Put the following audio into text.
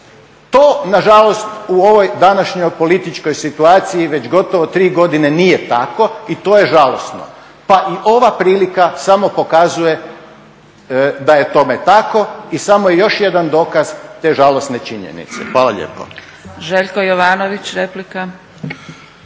To nažalost u ovoj današnjoj političkoj situaciji već gotovo tri godine nije tako i to je žalosno. Pa i ova prilika samo pokazuje da je tome tako i samo je još jedan dokaz te žalosne činjenice. Hvala lijepo. **Zgrebec, Dragica